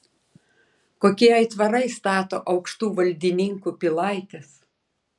kokie aitvarai stato aukštų valdininkų pilaites